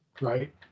right